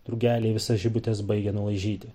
drugeliai visas žibutes baigia nulaižyti